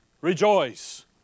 Rejoice